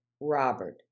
Robert